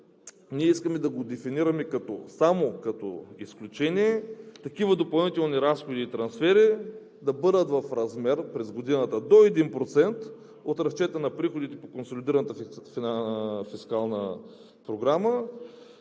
ние искаме да го дефинираме само като изключение. Такива допълнителни разходи и трансфери да бъдат в размер през година до 1% от разчета на приходите по консолидираната фискална програма.